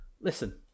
Listen